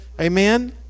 Amen